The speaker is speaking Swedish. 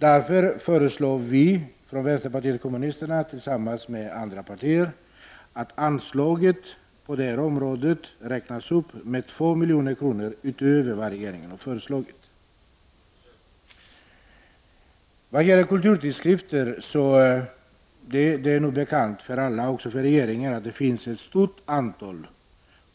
Vi föreslår därför från vpk, tillsammans med andra partier, att anslaget på detta område räknas upp med 2 milj.kr. utöver vad regeringen har föreslagit. Det är bekant för alla, även för regeringen, att det finns ett stort antal